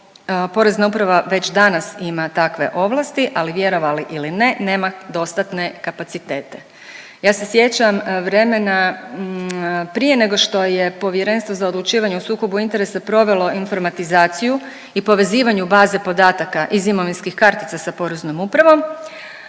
Porezna uprava već danas ima takve ovlasti. Ali vjerovali ili ne nema dostatne kapacitete. Ja se sjećam vremena prije nego što je Povjerenstvo za odlučivanje o sukobu interesa provelo informatizaciju i povezivanje baze podataka iz imovinskih kartica sa Poreznom upravom